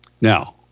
Now